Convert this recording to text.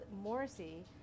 Morrissey